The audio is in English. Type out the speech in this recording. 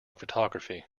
photography